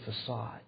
facade